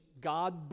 God